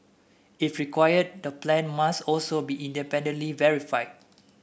if required the plan must also be independently verified